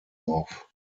auf